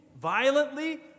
violently